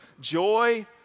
Joy